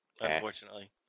unfortunately